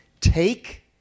take